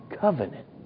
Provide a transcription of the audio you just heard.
covenant